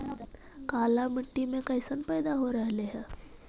काला मिट्टी मे कैसन पैदा हो रहले है?